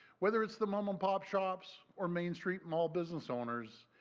whether it is the mom-and-pop shops remain st, mall business owners,